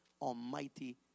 Almighty